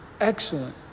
excellent